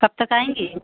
कब तक आएंगी